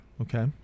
Okay